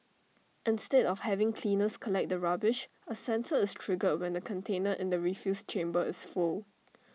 instead of having cleaners collect the rubbish A sensor is triggered when the container in the refuse chamber is full